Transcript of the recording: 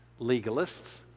legalists